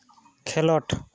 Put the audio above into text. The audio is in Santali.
ᱠᱷᱮᱞᱳᱰ